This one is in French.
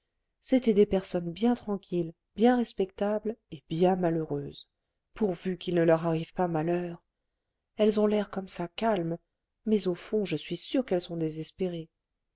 c'étaient des personnes bien tranquilles bien respectables et bien malheureuses pourvu qu'il ne leur arrive pas malheur elles ont l'air comme ça calmes mais au fond je suis sûr qu'elles sont désespérées